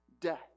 death